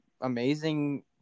amazing